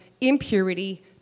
impurity